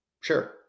Sure